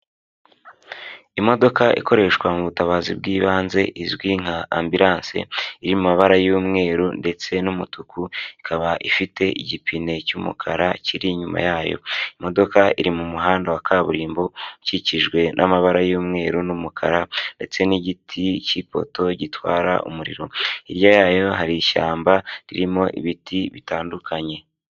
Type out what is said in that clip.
Imodoka ikoreshwa mu butabazi bw'ibanze izwi nka ambulance, iri mu amabara y'umweru ndetse n'umutuku, ikaba ifite igipine cy'umukara kiri inyuma yayo. Imodoka iri mu muhanda wa kaburimbo, ukikijwe n'amabara y'umweru n'umukara ndetse n'igiti cy'ipoto gitwara umuriro, hirya yayo hari ishyamba ririmo ibiti bitandukanye.